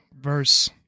verse